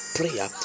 prayer